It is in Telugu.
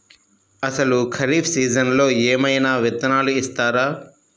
అసలు ఖరీఫ్ సీజన్లో ఏమయినా విత్తనాలు ఇస్తారా?